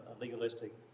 legalistic